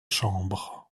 chambres